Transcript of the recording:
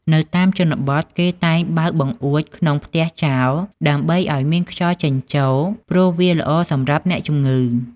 នៅតាមជនបទ គេតែងបើកបង្អួចក្នុងផ្ទះចោល ដើម្បីឱ្យមានខ្យល់ចេញចូល ព្រោះវាល្អសម្រាប់អ្នកជំងឺ។